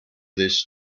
this